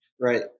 Right